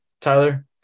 Tyler